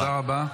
תודה רבה.